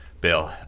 Bill